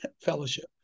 fellowship